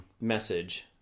message